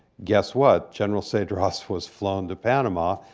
guess what? general cedras was flown to panama,